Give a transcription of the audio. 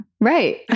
right